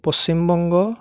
Paschim Banga